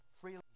freely